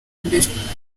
mbere